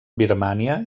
birmània